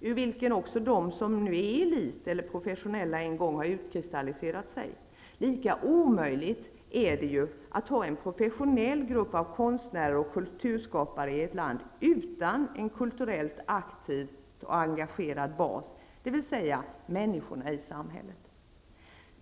ur vilken också de som är elit eller profesionella en gång har utkristalliserat sig -- lika omöjligt är det att ha en professionell grupp av konstnärer och kulturskapare i ett land utan en kulturellt aktiv och engagerad bas, dvs. människorna i samhället.